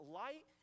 light